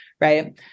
Right